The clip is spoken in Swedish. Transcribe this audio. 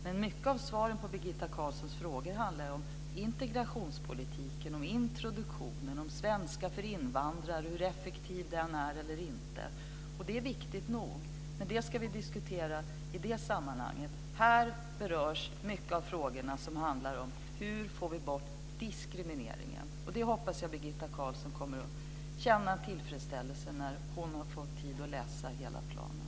Många av svaren på Birgitta Carlssons frågor handlar om integrationspolitiken, om introduktionen och om svenska för invandrare och hur effektiv eller inte den är. Och det är viktigt nog, men det ska vi diskutera i det sammanhanget. Här berörs många av de frågor som handlar om hur vi får bort diskrimineringen. Det hoppas jag att Birgitta Carlsson kommer att känna tillfredsställelse över när hon har fått tid att läsa hela planen.